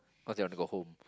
cause you wanna go home